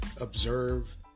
observe